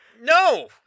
No